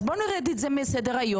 אז בוא נוריד את זה מסדר היום,